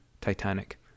titanic